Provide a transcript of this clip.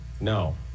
No